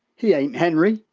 he ain't henry,